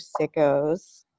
sickos